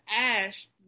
ASH